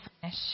finish